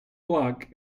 block